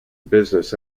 business